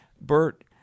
Bert